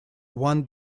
won